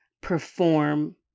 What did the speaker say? perform